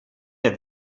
der